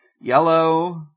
yellow